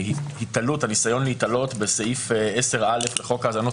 והניסיון להיתלות בסעיף 10א' לחוק האזנות